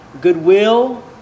goodwill